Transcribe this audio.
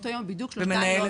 באותו יום בדיוק שלושתן לא מגיעות.